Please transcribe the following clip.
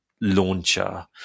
launcher